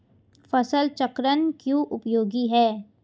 फसल चक्रण क्यों उपयोगी है?